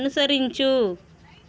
అనుసరించు